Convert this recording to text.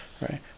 right